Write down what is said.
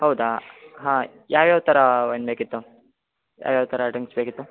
ಹೌದಾ ಹಾಂ ಯಾವ್ಯಾವ ಥರ ವೈನ್ ಬೇಕಿತ್ತು ಯಾವ್ಯಾವ ಥರ ಡ್ರಿಂಕ್ಸ್ ಬೇಕಿತ್ತು